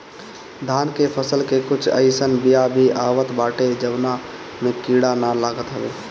धान के फसल के कुछ अइसन बिया भी आवत बाटे जवना में कीड़ा ना लागत हवे